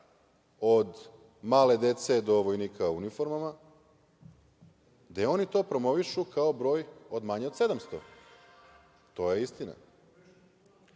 od male dece do vojnika u uniformama, gde oni to promovišu kao broj manji od 700. To je istina.